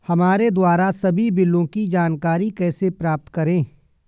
हमारे द्वारा सभी बिलों की जानकारी कैसे प्राप्त करें?